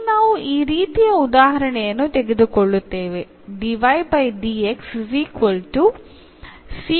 ಈಗ ನಾವು ಈ ರೀತಿಯ ಉದಾಹರಣೆಯನ್ನು ತೆಗೆದುಕೊಳ್ಳುತ್ತೇವೆ